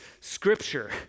scripture